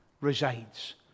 resides